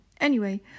Anyway